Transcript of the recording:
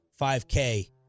$5K